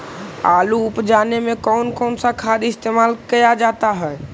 आलू उप जाने में कौन कौन सा खाद इस्तेमाल क्या जाता है?